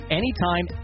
anytime